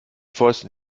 fäusten